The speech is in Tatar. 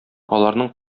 аларның